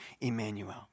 Emmanuel